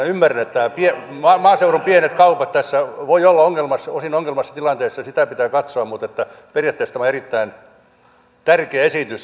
ymmärrän että maaseudun pienet kaupat tässä voivat olla osin ongelmallisessa tilanteessa ja sitä pitää katsoa mutta periaatteessa tämä on erittäin tärkeä esitys